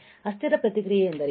ಅಸ್ಥಿರ ಪ್ರತಿಕ್ರಿಯೆ ಎಂದರೇನು